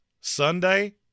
Sunday